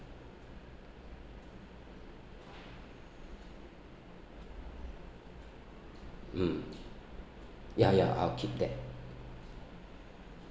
mm ya ya I'll keep that